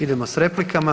Idemo s replikama.